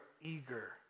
eager